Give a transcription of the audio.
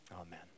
Amen